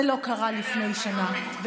שייתן לנו הסבר למה זה לא קרה לפני שנה.